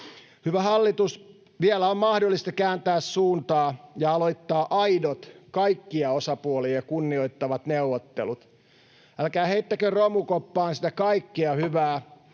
Hyvä hallitus, vielä on mahdollista kääntää suuntaa ja aloittaa aidot kaikkia osapuolia kunnioittavat neuvottelut. Älkää heittäkö romukoppaan sitä kaikkea hyvää,